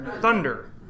Thunder